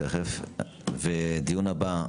ובדיון הבא,